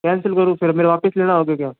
cancel करूँ फिर मेरे वापस लेने आओगे क्या आप